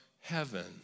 heaven